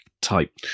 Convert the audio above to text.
type